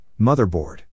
motherboard